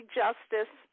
justice